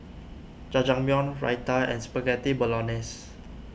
Jajangmyeon Raita and Spaghetti Bolognese